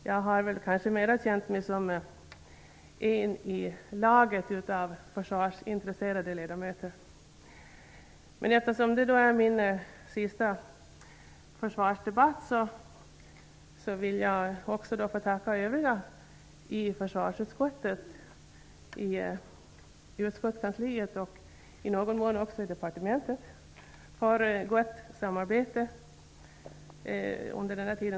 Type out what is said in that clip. Jag har väl mera känt mig som en i laget av försvarsintresserade ledamöter. Men eftersom detta är min sista försvarsdebatt, vill jag också få tacka övriga i försvarsutskottet, utskottskansliet och i någon mån departementet för gott samarbete under denna tid.